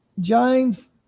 James